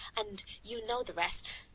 and you know the rest.